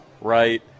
right